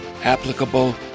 applicable